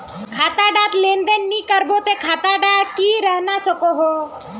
खाता डात लेन देन नि करबो ते खाता दा की रहना सकोहो?